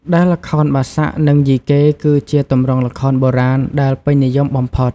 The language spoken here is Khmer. ដែលល្ខោនបាសាក់ និងយីកេ គឺជាទម្រង់ល្ខោនបុរាណដែលពេញនិយមបំផុត ។